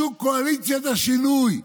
שוק קואליציית השינוי.